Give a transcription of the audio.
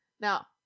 Now